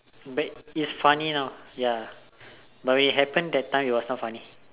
it's funny now ya but when it happened that time it's not funny